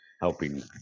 helping